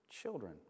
children